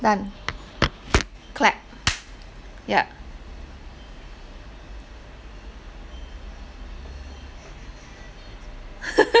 done clap yeah